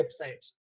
websites